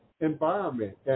environment